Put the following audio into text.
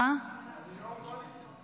אני עם יו"ר הקואליציה.